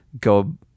go